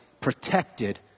protected